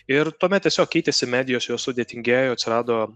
ir tuomet tiesiog keitėsi medijos jos sudėtingėjo atsirado